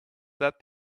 that